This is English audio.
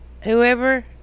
whoever